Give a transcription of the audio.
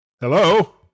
Hello